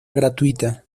gratuita